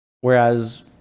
whereas